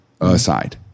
aside